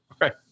right